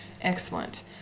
excellent